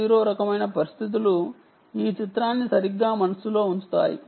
0 రకమైన పరిస్థితులు ఈ చిత్రాన్ని సరిగ్గా మనస్సులో ఉంచుతాయి